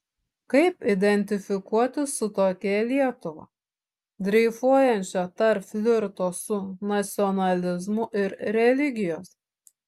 kaip identifikuotis su tokia lietuva dreifuojančia tarp flirto su nacionalizmu ir religijos